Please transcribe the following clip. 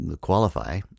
qualify